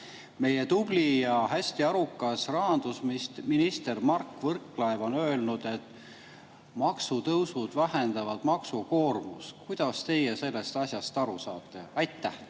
Meie tubli ja hästi arukas rahandusminister Mart Võrklaev on öelnud, et maksutõusud vähendavad maksukoormust. Kuidas teie sellest asjast aru saate? Aitäh,